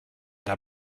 der